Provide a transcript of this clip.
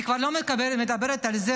אני כבר לא מדברת על זה